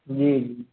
जी